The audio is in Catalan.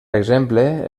exemple